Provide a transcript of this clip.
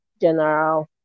general